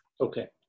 okay